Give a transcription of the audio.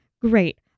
great